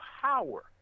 power